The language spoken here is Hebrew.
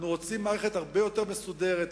אנחנו רוצים מערכת הרבה יותר מסודרת,